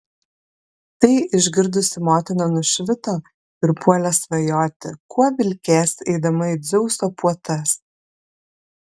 tai išgirdusi motina nušvito ir puolė svajoti kuo vilkės eidama į dzeuso puotas